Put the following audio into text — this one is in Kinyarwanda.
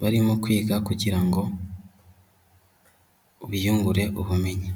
barimo kwiga kugirango biyungure ubumenyi.